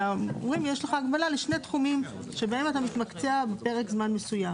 אלא אומרים יש לך הגבלה לשני תחומים שבהם אתה מתמקצע בפרק זמן מסוים.